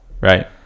right